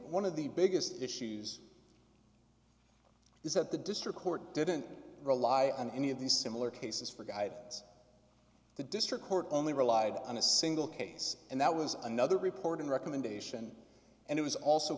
one of the biggest issues is that the district court didn't rely on any of these similar cases for guidance the district court only relied on a single case and that was another reporting recommendation and it was also